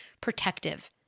protective